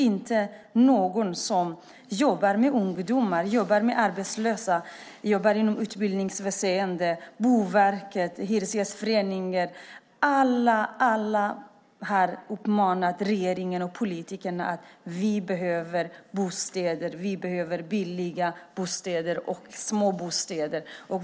Alla som jobbar med ungdomar och arbetslösa, inom utbildningsväsendet, Boverket och Hyresgästföreningen, har sagt till politikerna: Vi behöver billiga bostäder och små bostäder.